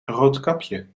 roodkapje